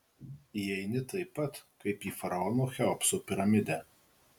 įeini taip pat kaip į faraono cheopso piramidę